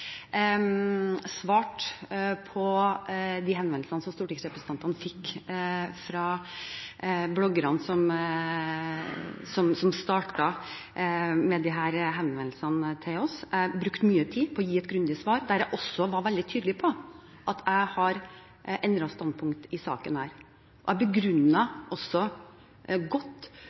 på de henvendelsene som stortingsrepresentantene fikk fra bloggerne som startet med disse henvendelsene til oss. Jeg brukte mye tid på å gi et grundig svar, der jeg også var veldig tydelig på at jeg har endret standpunkt i denne saken. Jeg begrunnet også godt